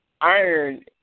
Iron